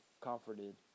comforted